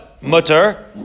mutter